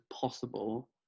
possible